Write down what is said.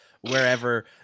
wherever